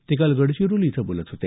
ते काल गडचिरोली इथं बोलत होते